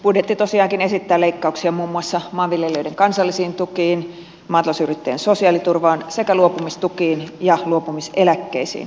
budjetti tosiaankin esittää leikkauksia muun muassa maanviljelijöiden kansallisiin tukiin maatalousyrittäjien sosiaaliturvaan sekä luopumistukiin ja luopumiseläkkeisiin kerta kaikkiaan kohtuuttomia leikkauksia